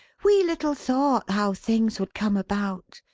we little thought how things would come about.